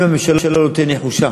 אם הממשלה תהיה נחושה